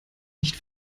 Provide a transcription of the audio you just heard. nicht